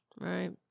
Right